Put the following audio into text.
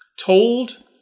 told